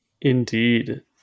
Indeed